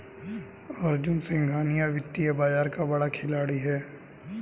अर्जुन सिंघानिया वित्तीय बाजार का बड़ा खिलाड़ी है